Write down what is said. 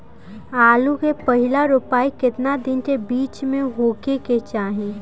आलू क पहिला रोपाई केतना दिन के बिच में होखे के चाही?